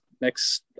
next